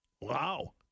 Wow